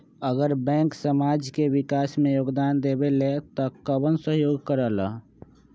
अगर बैंक समाज के विकास मे योगदान देबले त कबन सहयोग करल?